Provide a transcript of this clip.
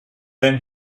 than